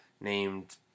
named